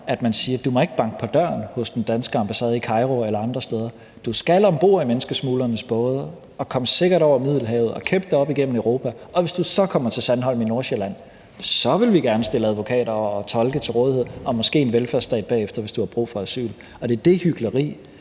at man siger: Du må ikke banke på døren hos den danske ambassade i Kairo eller andre steder; du skal om bord i menneskesmuglernes både og komme sikkert over Middelhavet og kæmpe dig op igennem Europa. Og hvis du så kommer til Sandholm i Nordsjælland, så vil vi gerne stille advokater og tolke til rådighed og måske en velfærdsstat bagefter, hvis du har brug for asyl. Og det er det hykleri